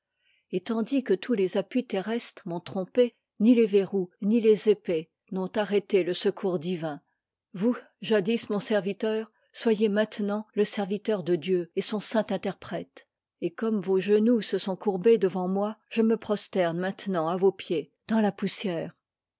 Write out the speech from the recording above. et k tandis que tous les appuis terrestres m'ont trompée ni les verrous ni les épées n'ont arrêté le secours divin vous jadis mon serviteur soyez maintenant le serviteur de dieu et son a saint interprète et comme vos genoux se sont a courbés devant moi je me prosterne maintenant à vos pieds dans la poussière